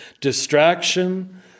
Distraction